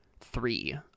three